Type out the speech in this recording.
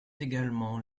également